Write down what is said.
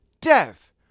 death